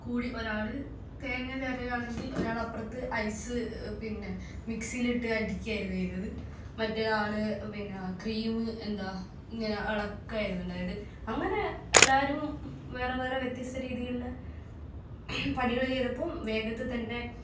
കൂടി ഒരാൾ തേങ്ങ ചിരകുകയാണെങ്കിൽ ഒരാളപ്പുറത്ത് ഐസ് പിന്നെ മിക്സിയിലിട്ട് അടിക്കുകയായിരുന്നു ചെയ്തത് മറ്റൊരാൾ പിന്നെ ക്രീം എന്താ ഇങ്ങനെ ഇളക്കുകയായിരുന്നു ഉണ്ടായത് അങ്ങനെ എല്ലാവരും വേറെ വേറെ വ്യത്യസ്ത രീതിയിലുള്ള പണികൾ ചെയ്തപ്പം വേഗത്തിൽ തന്നെ